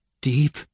Deep